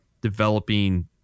developing